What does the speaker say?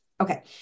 Okay